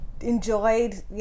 enjoyed